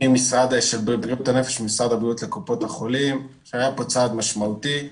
של בריאות הנפש ממשרד הבריאות לקופות החולים היה צעד משמעותי.